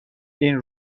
این